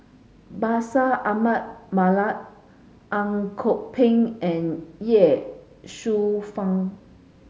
Bashir Ahmad Mallal Ang Kok Peng and Ye Shufang